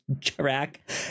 track